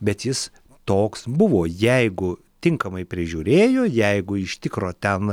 bet jis toks buvo jeigu tinkamai prižiūrėjo jeigu iš tikro ten